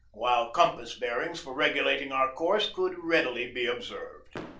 while compass bearings for regulating our course could readily be observed.